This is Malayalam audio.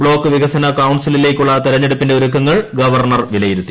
ബ്ലോക്ക് വികസന കൌൺസിലിലേക്കുള്ള തെരഞ്ഞെടുപ്പിന്റെ ഒരുക്കങ്ങൾ ഗവർണർ വിലയിരുത്തി